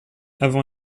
avant